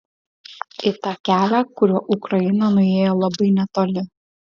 į tą kelią kuriuo ukraina nuėjo labai netoli